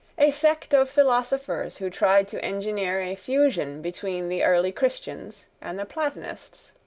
a sect of philosophers who tried to engineer a fusion between the early christians and the platonists.